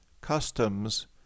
customs